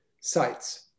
sites